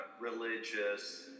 religious